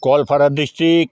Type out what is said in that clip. Goalpara district